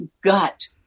gut